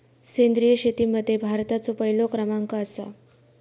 सेंद्रिय शेतीमध्ये भारताचो पहिलो क्रमांक आसा